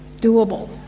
doable